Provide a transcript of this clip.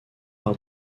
par